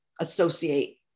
associate